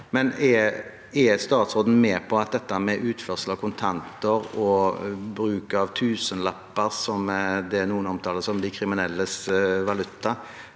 men er statsråden med på at dette med utførsel av kontanter og bruk av tusenlapper, som noen omtaler som de kriminelles valuta,